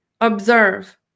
Observe